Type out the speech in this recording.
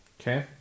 Okay